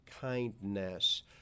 kindness